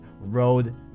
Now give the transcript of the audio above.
road